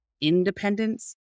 independence